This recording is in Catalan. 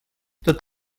tot